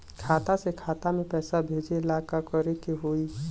खाता से खाता मे पैसा भेजे ला का करे के होई?